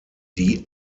die